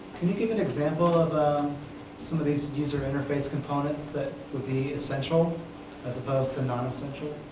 can you give an example of some of these user interface components that would be essential as opposed to nonessential?